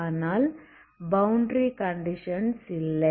ஆனால் boundary conditions இல்லை